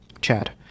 Chad